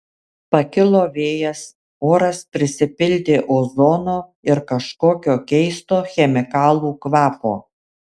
pakilo vėjas oras prisipildė ozono ir kažkokio keisto chemikalų kvapo